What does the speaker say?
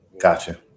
Gotcha